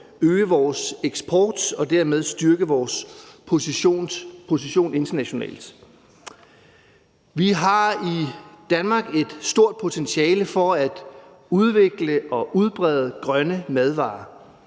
øge vores eksport og dermed styrke vores position internationalt. Vi har i Danmark et stort potentiale til at udvikle og udbrede grønne madvarer